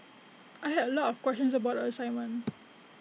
I had A lot of questions about the assignment